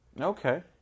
Okay